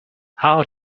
how